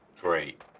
Great